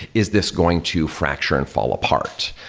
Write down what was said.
is this going to fracture and fall apart?